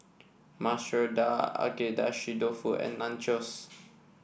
Masoor Dal Agedashi Dofu and Nachos